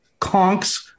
conks